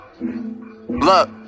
Look